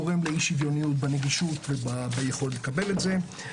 זה גורם לאי שוויוניות בנגישות וביכולת לקבל את זה.